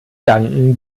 danken